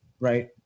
Right